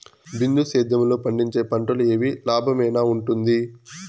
బిందు సేద్యము లో పండించే పంటలు ఏవి లాభమేనా వుంటుంది?